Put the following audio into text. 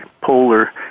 polar